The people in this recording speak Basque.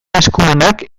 eskumenak